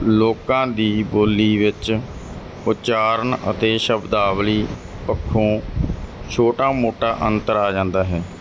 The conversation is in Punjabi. ਲੋਕਾਂ ਦੀ ਬੋਲੀ ਵਿੱਚ ਉਚਾਰਨ ਅਤੇ ਸ਼ਬਦਾਵਲੀ ਪੱਖੋਂ ਛੋਟਾ ਮੋਟਾ ਅੰਤਰ ਆ ਜਾਂਦਾ ਹੈ